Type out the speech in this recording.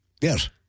Yes